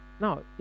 Now